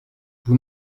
vous